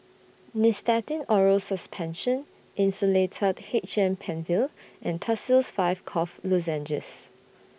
Nystatin Oral Suspension Insulatard H M PenFill and Tussils five Cough Lozenges